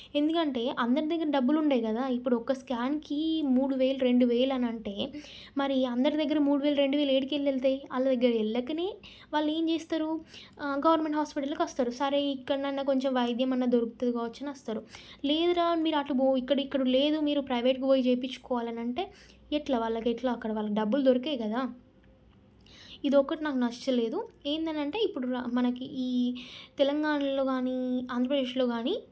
ఎందుకంటే అందరి దగ్గర డబ్బులు ఉండవు కదా ఇప్పుడు ఒక స్కాన్కి మూడు వేలు రెండు వేలు అని అంటే మరి అందరి దగ్గర మూడు వేలు రెండు వేలు ఏడికెళ్ళెల్తాయ్ వాళ్ల దగ్గరికి వెళ్ళకనే వాళ్ళేం చేస్తారు గవర్నమెంట్ హాస్పిటల్కు వస్తారు సరే ఇక్కడనన్న కొంచెం వైద్యం అనేది దొరుకుతుంది కావచ్చు అని వస్తారు లేదురా మీరు అటుపో ఇక్కడిక్కడ లేదు మీరు ప్రైవేట్కి పోయి చేయించుకోవాలనంటే ఎట్లా వాళ్ళకి ఎట్లా అక్కడ వాళ్ళు డబ్బులు దొరకవు కదా ఇది ఒక్కటి నాకు నచ్చలేదు ఏంటి అనంటే ఇప్పుడు మనకి ఈ తెలంగాణలో కాని ఆంధ్రప్రదేశ్లో కాని